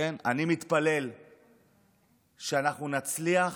שאנחנו נצליח